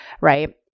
right